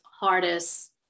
hardest